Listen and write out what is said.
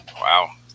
Wow